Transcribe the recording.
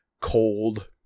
cold